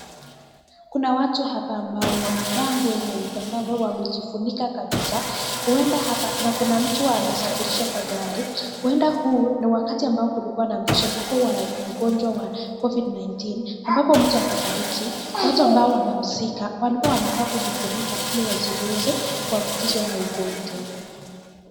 Kuna watu hapa ambao wamevaa nguo nyeupe ambavyo wamejifunika kabisa. Huenda hapa ama kuna mtu anasafirishwa kwa gari. Huenda huu ni wakati ambao kulikuwa na mchapiko wa ugonjwa wa COVID-19 ambapo mtu akifariki, watu ambao wanamzika walikuwa wanalafaa kujifunika ili wasiweze kuambukizwa na ugonjwa.